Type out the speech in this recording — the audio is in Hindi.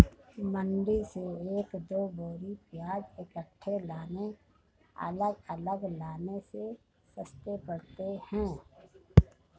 मंडी से एक दो बोरी प्याज इकट्ठे लाने अलग अलग लाने से सस्ते पड़ते हैं